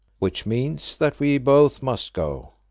which means that we both must go.